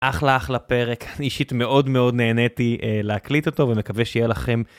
אחלה אחלה פרק, אישית מאוד מאוד נהניתי להקליט אותו ומקווה שיהיה לכם...